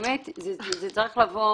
אם הילד מבקש ממך: